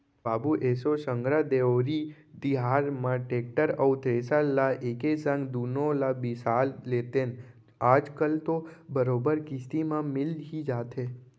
बाबू एसो संघरा देवारी तिहार म टेक्टर अउ थेरेसर ल एके संग दुनो ल बिसा लेतेन आज कल तो बरोबर किस्ती म मिल ही जाथे